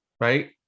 right